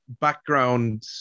background